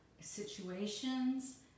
situations